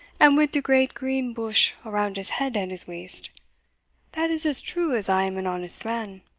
and wid de great green bush around his head and his waist that is as true as i am an honest man.